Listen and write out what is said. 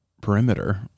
perimeter